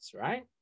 Right